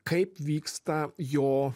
kaip vyksta jo